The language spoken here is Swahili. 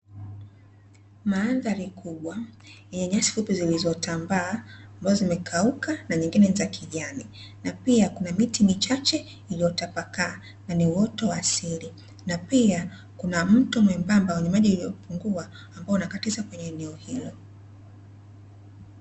Maandhari kubwa yenye nyasi fupi zilizotambaa ambazo zimekauka na nyingine za kijani pia kuna miti michache iliyotapakaa, na uoto wa asili na pia kuna mto mwembamba wenye maji yaliyopungua ambayo unakatiza kwenye eneo hilo.